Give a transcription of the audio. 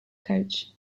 coach